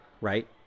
right